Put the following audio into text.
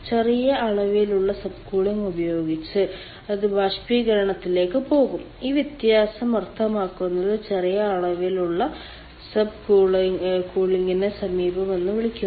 ചെറിയ അളവിലുള്ള സബ്കൂളിംഗ് ഉപയോഗിച്ച് അത് ബാഷ്പീകരണത്തിലേക്ക് പോകും ഈ വ്യത്യാസം അർത്ഥമാക്കുന്നത് ചെറിയ അളവിലുള്ള സബ്കൂളിംഗിനെ സമീപനം എന്ന് വിളിക്കുന്നു